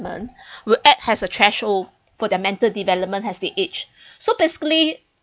will act as a threshold for their mental development as they age so basically